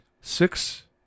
six